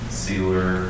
sealer